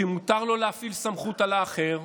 שמותר לו להפעיל סמכות על האחר.